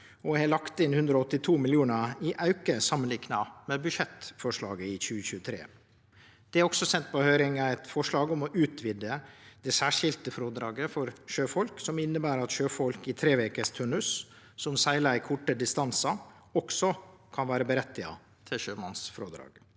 og har lagt inn 182 mill. kr i auke samanlikna med budsjettforslaget for 2023. Det er også sendt på høyring eit forslag om å utvide det særskilte frådraget for sjøfolk, som inneber at sjøfolk i trevekes turnus som seglar korte distansar, også kan ha rett til sjømannsfrådrag.